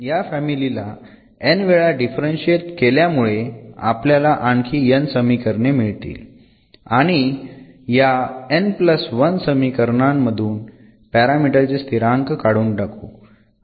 या फॅमिली ला n वेळा डिफरंशिएट केल्यामुळे आपल्याला आणखी n समीकरणे मिळतील आणि या n1 समीकरणांमधून पॅरामीटर चे स्थिरांक काढून टाकू